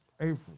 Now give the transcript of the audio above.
April